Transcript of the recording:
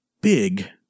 big